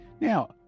Now